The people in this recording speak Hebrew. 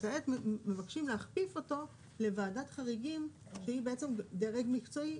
וכעת מבקשים להכפיף אותו לוועדת חריגים שהיא בעצם דרג מקצועי.